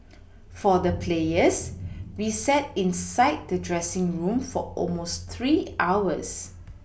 for the players we sat inside the dressing room for almost three hours